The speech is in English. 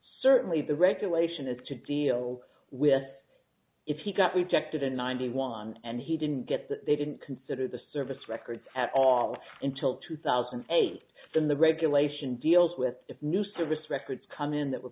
certainly the regulation is to deal with if he got rejected in ninety one and he didn't get that they didn't consider the service records at all until two thousand and eight when the regulation deals with if new service records come in that were